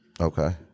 Okay